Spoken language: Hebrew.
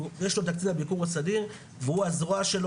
יש לו את הקצין הביקור הסדיר והוא הזרוע שלו